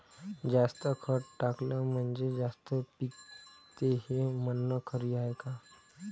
जास्त खत टाकलं म्हनजे जास्त पिकते हे म्हन खरी हाये का?